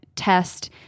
test